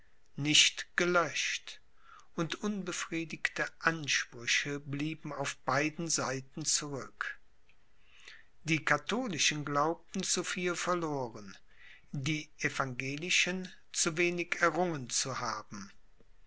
nicht gelöscht und unbefriedigte ansprüche blieben auf beiden seiten zurück die katholischen glaubten zu viel verloren die evangelischen zu wenig errungen zu haben